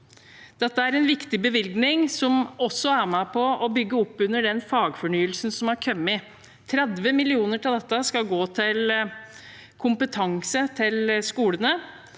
Dette er en viktig bevilgning som også er med på å bygge oppunder den fagfornyelsen som har kommet. Av disse skal 30 mill. kr gå til kompetanse i skolene.